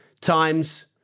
times